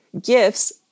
gifts